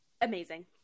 Amazing